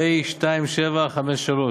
פ/2753.